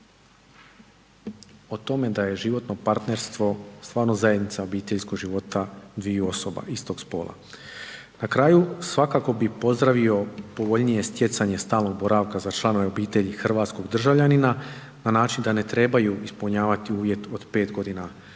o tome da je životno partnerstvo stvarno zajednica obiteljskog života istog spola. Na kraju, svakako bi pozdravio povoljnije stjecanje stalnog boravka za članove obitelji hrvatskog državljanina na način da ne trebaju ispunjavati uvjet od pet godina zakonitog